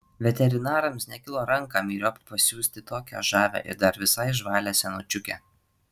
veterinarams nekilo ranką myriop pasiųsti tokią žavią ir dar visai žvalią senučiukę